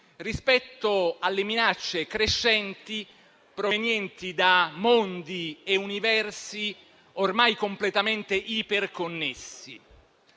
rispetto alle minacce crescenti provenienti da mondi e universi ormai completamente iperconnessi.